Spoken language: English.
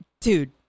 dude